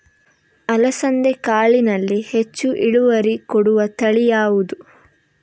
ಅಲಸಂದೆ ಕಾಳಿನಲ್ಲಿ ಹೆಚ್ಚು ಇಳುವರಿ ಕೊಡುವ ತಳಿ ಯಾವುದು?